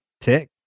tick